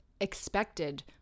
expected